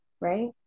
right